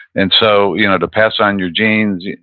and so you know to pass on your genes,